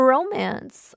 Romance